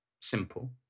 simple